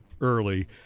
early